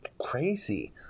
crazy